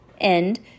end